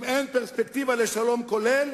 אם אין פרספקטיבה לשלום כולל